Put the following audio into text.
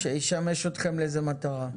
שישמש אתכם לאיזו מטרה?